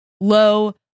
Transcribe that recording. low